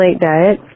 diet